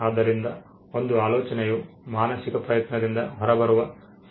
ಆದ್ದರಿಂದ ಒಂದು ಆಲೋಚನೆಯು ಮಾನಸಿಕ ಪ್ರಯತ್ನದಿಂದ ಹೊರಬರುವ ಸಂಗತಿಯಾಗಿದೆ